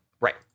Right